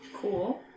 Cool